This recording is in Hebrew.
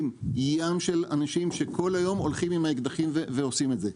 מעסיקים ים של אנשים שכל היום הולכים עם האקדחים ועושים את זה,